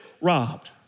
robbed